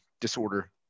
disorder